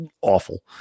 awful